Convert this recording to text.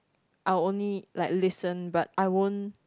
I'll only like listen but I won't